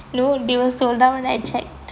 no they were sold out when I checked